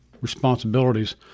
responsibilities